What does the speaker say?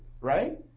right